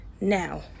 now